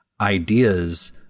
ideas